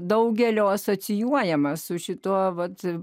daugelio asocijuojama su šituo vat